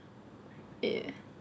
yeah